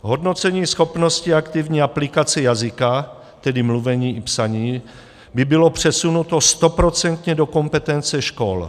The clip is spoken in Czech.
Hodnocení schopnosti aktivní aplikace jazyka, tedy mluvení i psaní, by bylo přesunuto stoprocentně do kompetence škol.